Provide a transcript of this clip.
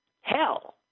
hell